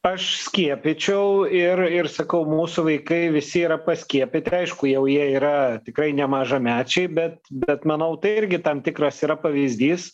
aš skiepyčiau ir ir sakau mūsų vaikai visi yra paskiepyti aišku jau jie yra tikrai nemažamečiai bet bet manau tai irgi tam tikras yra pavyzdys